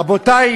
רבותי,